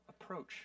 approach